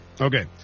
Okay